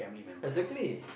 exactly